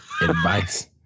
advice